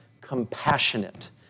compassionate